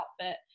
outfit